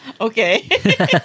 Okay